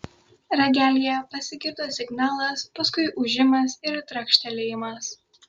ragelyje pasigirdo signalas paskui ūžimas ir trakštelėjimas